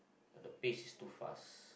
and the pace is too fast